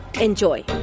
Enjoy